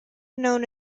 known